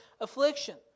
affliction